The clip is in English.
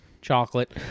Chocolate